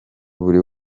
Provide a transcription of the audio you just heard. buri